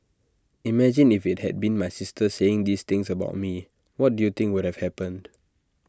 imagine if IT had been my sister saying these things about me what do you think would have happened